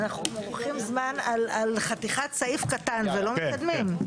אנחנו מורחים זמן על חתיכת סעיף קטן ולא מתקדמים.